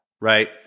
right